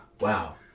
Wow